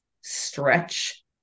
stretch